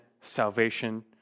salvation